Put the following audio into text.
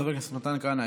חבר הכנסת מתן כהנא,